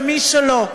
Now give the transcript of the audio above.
ומי שלא.